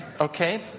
Okay